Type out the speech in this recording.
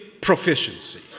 proficiency